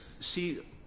see